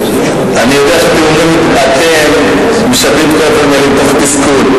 אני יודע שאתם משדרים את כל הדברים האלה מתוך תסכול,